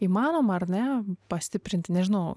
įmanoma ar ne pastiprinti nežinau